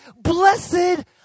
blessed